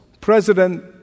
President